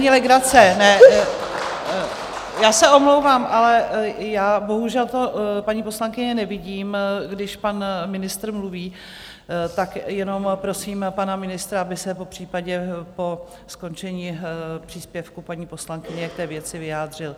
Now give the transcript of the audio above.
Já se omlouvám, ale já bohužel to, paní poslankyně, nevidím, když pan ministr mluví, tak jenom prosím pana ministra, aby se popřípadě po skončení příspěvku paní poslankyně k té věci vyjádřil.